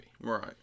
Right